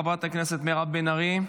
חברת הכנסת מירב בן ארי,